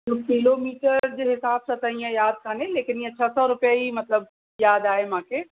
हू किलोमीटर जे हिसाब सां त इअं यादि काने लेकिनि इअं छह सौ रुपया ई मतलबु यादि आहे मांखे